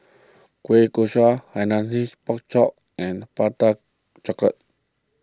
Kueh Kaswi Hainanese Pork Chop and Prata Chocolate